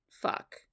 fuck